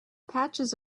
patches